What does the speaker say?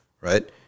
right